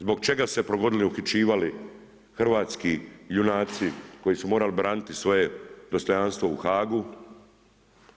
Zbog čega su se progonili, uključivali hrvatski junaci koji su morali braniti svoje dostojanstvo u HAG-u.